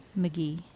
McGee